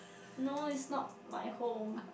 no is not my home